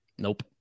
nope